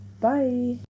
bye